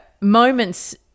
moments